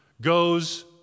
goes